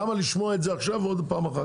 למה לשמוע את זה עכשיו ועוד פעם אחת?